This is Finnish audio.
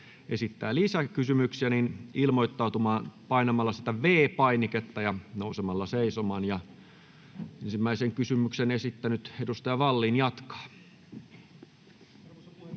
esittää lisää kysymyksiä, ilmoittautumaan painamalla sitä V-painiketta ja nousemalla seisomaan. — Ensimmäisen kysymyksen esittänyt edustaja Vallin jatkaa.